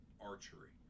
archery